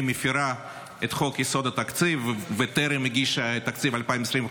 מפירה את חוק יסודות התקציב וטרם הניחה את תקציב 2025